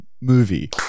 Movie